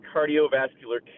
Cardiovascular